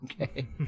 Okay